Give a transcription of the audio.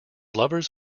lovers